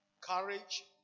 courage